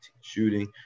shooting